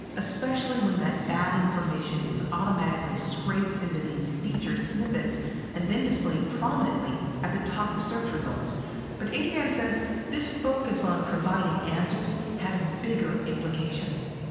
especially when that bad information is automatically scraped into these featured snippets and then displayed prominently at the top of search results but adrianne says this focus on providing answers has bigger implications